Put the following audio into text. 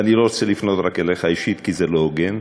ואני לא רוצה לפנות רק אליך אישית, כי זה לא הוגן,